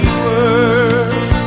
words